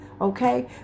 Okay